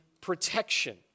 protection